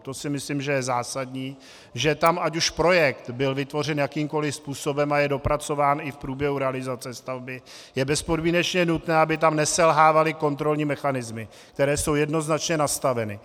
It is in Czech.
To si myslím, že je zásadní, že tam ať už projekt byl vytvořen jakýmkoliv způsobem a je dopracován i v průběhu realizace stavby, je bezpodmínečně nutné, aby tam neselhávaly kontrolní mechanismy, které jsou jednoznačně nastaveny.